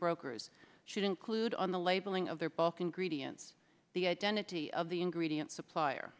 brokers should include on the labeling of their bulk and greedy and the identity of the ingredient supplier